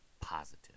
positive